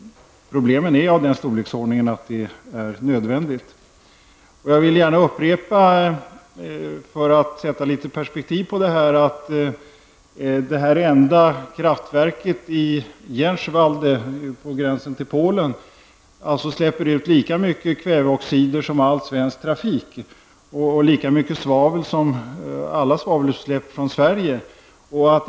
Problemen är av den storleksordningen att det är nödvändigt. För att få litet perspektiv när det gäller problemen kan jag nämna att Jänschwalde, ett enda kraftverk vid gränsen till Polen, släpper ut lika mycket kväveoxider som all svensk trafik och lika mycket svavel som vid alla svavelutsläpp i Sverige.